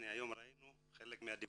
היום ראינו את חלק מהדיווחים,